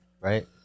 Right